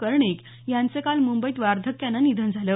कर्णिक यांचं काल मुंबईत वार्धक्यानं निधन झालं